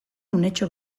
unetxo